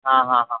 ಹಾಂ ಹಾಂ ಹಾಂ